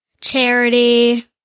charity